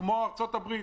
כמו ארצות הברית